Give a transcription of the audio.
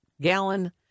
gallon